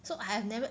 so I have never